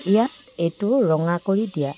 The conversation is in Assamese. ইয়াত এইটো ৰঙা কৰি দিয়া